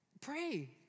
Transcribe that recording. pray